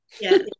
Yes